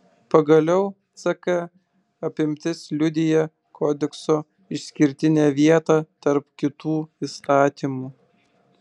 pagaliau ck apimtis liudija kodekso išskirtinę vietą tarp kitų įstatymų